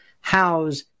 house